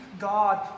God